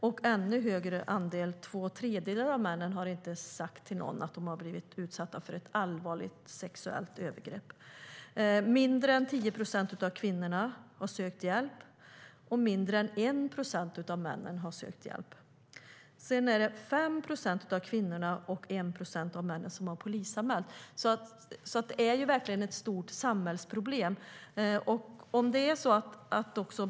En ännu högre andel av männen, två tredjedelar av männen, har inte sagt till någon att de har blivit utsatta för ett allvarligt sexuellt övergrepp. Färre än 10 procent av kvinnorna har sökt hjälp, och färre än 1 procent av männen har sökt hjälp. 5 procent av kvinnorna och 1 procent av männen har polisanmält. Det är verkligen ett stort samhällsproblem.